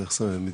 איך זה?